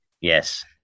Yes